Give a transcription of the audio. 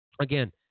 again